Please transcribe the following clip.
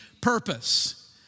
purpose